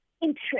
interest